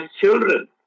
children